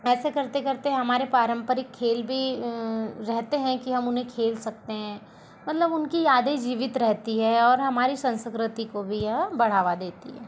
ऐसे करते करते हमारे पारम्परिक खेल भी रहते हैं कि हम उन्हें खेल सकते हैं मतलब उनकी यादें जीवित रहती है और हमारी संस्कृति को भी यह बढ़ावा देती है